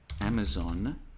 Amazon